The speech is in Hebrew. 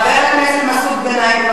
חבר הכנסת מסעוד גנאים,